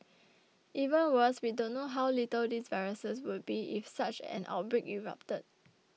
even worse we don't know how lethal these viruses would be if such an outbreak erupted